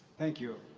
thank you.